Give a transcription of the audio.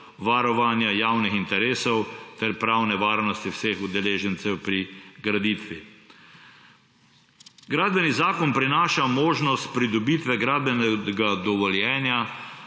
varovanja javnih interesov ter pravne varnosti vseh udeležencev pri graditvi. Gradbeni zakon prinaša možnost pridobitve gradbenega dovoljenja